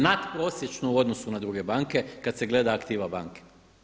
Nadprosječno u odnosu na druge banke kad se gleda aktive banke.